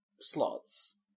slots